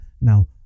Now